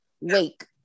wake